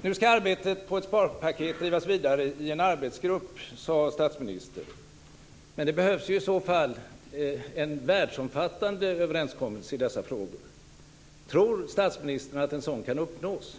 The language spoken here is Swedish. Nu ska arbetet på ett sparpaket drivas vidare i en arbetsgrupp, sade statsministern. Men det behövs i så fall en världsomfattande överenskommelse i dessa frågor. Tror statsministern att en sådan kan uppnås?